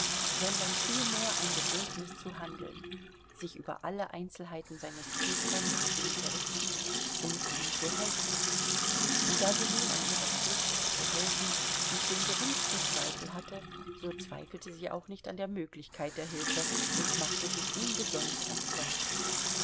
sondern vielmehr ein bedürfnis zu handeln sich über alle einzelheiten seines zustandes zu unterrichten und ihm zu helfen und da sie nun an ihrer pflicht zu helfen nicht den geringsten zweifel hatte so zweifelte sie auch nicht an der möglichkeit der hilfe und machte sich ungesäumt ans werk